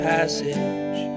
Passage